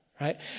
right